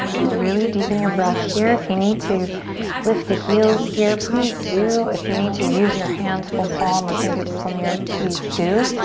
really deepen your breath here. if you need to lift the heels here, please do. if you need to use your hands full palm or fingertips on the earth, please do.